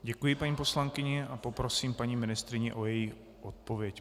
Děkuji paní poslankyni a poprosím paní ministryni o její odpověď.